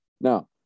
Now